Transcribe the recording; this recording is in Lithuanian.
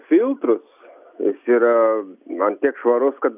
filtrus jis yra ant tiek švarus kad